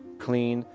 clean,